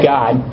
God